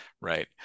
Right